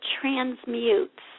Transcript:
transmutes